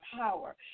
power